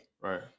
right